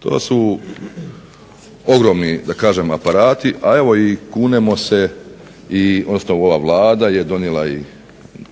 To su ogromni da kažem aparati, a evo i kunemo se odnosno ova Vlada je donijela i